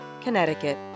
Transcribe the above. Connecticut